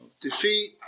defeat